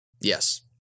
Yes